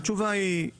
התשובה היא יותר.